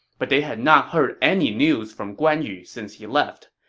but they have not heard any news from guan yu since he left,